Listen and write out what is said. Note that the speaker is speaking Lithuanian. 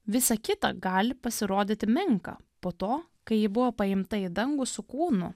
visa kita gali pasirodyti menka po to kai ji buvo paimta į dangų su kūnu